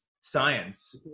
Science